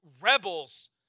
rebels